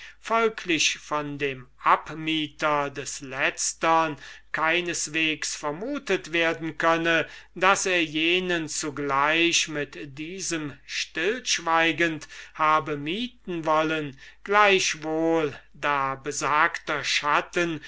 folglich von dem abmieter des letztern keinesweges vermutet werden könne daß er jenen zugleich mit diesem stillschweigend habe mieten wollen gleichwohlen da besagter schatten